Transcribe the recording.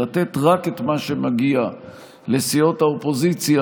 לתת רק את מה שמגיע לסיעות האופוזיציה,